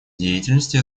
деятельности